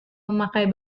memakai